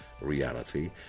reality